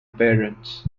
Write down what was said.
parents